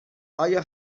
آیا